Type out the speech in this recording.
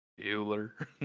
Bueller